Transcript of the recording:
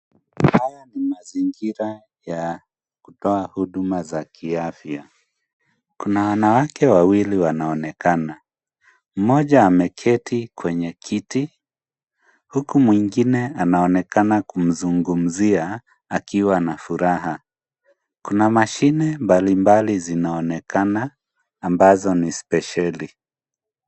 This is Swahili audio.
Haya ni mazingira ya kutoa huduma za kiafya. Kuna wanawake wawili wanaonekana mmoja ameketi kwenye kiti huku mwingine anaonekana kumzungumzia akiwa na furaha. Kuna mashine mbalimbali zinaonekana ambazo ni spesheli.